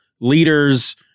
leaders